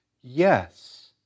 yes